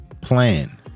Plan